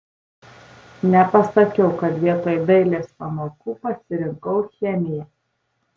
nepasakiau kad vietoj dailės pamokų pasirinkau chemiją